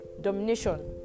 domination